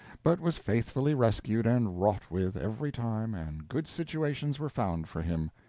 but was faithfully rescued and wrought with, every time, and good situations were found for him.